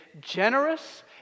generous